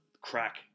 crack